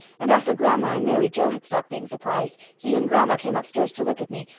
and after grandma and mary joe had stopped being surprised he and grandma came upstairs to look at me,